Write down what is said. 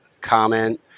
comment